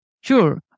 Sure